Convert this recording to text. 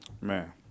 Man